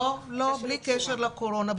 לא, בלי קשר לקורונה.